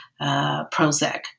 Prozac